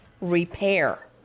repair